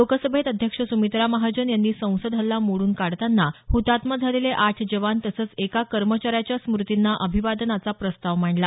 लोकसभेत अध्यक्ष सुमित्रा महाजन यांनी संसद हल्ला मोडून काढताना हुतात्मा झालेले आठ जवान तसंच एका कर्मचाऱ्याच्या स्मृतींना अभिवादनाचा प्रस्ताव मांडला